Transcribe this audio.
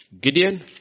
Gideon